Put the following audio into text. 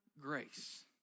grace